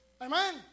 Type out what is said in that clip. Amen